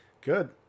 Good